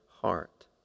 heart